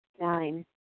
Nine